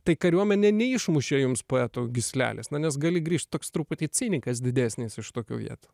tai kariuomenė neišmušė jums poeto gyslelės na nes gali grįžt toks truputį cinikas didesnis iš tokių vietų